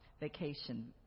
vacation